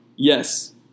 Yes